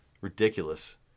Ridiculous